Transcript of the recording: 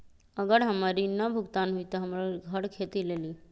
अगर हमर ऋण न भुगतान हुई त हमर घर खेती लेली?